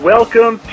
Welcome